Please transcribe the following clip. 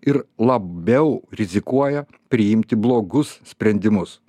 ir labiau rizikuoja priimti blogus sprendimus